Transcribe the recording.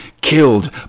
killed